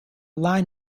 line